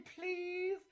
please